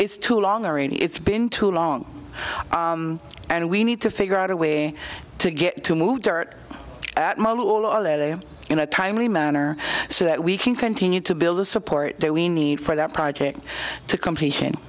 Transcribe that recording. it's too long or any it's been too long and we need to figure out a way to get to move dirt at mobile or let him in a timely manner so that we can continue to build the support that we need for that project to completion